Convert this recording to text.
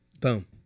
Boom